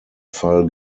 fall